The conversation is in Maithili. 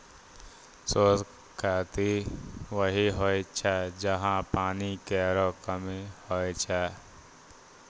शुष्क खेती वहीं होय छै जहां पानी केरो कमी होय छै